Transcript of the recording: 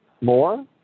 More